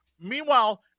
meanwhile